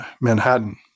Manhattan